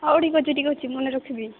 ହଉ ଠିକ୍ ଅଛି ଠିକ୍ ଅଛି ମନେ ରଖିବି